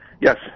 Yes